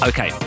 Okay